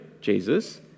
Jesus